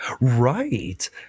Right